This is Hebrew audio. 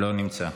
לא נמצא,